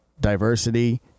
diversity